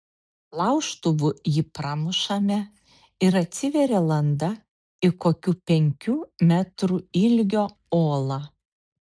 laužtuvu jį pramušame ir atsiveria landa į kokių penkių metrų ilgio olą